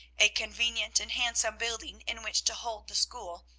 a convenient and handsome building in which to hold the school,